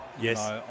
Yes